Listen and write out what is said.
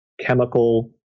chemical